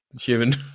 human